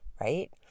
right